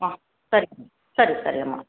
ಹ್ಞೂ ಸರಿ ಸರಿ ಸರಿಯಮ್ಮ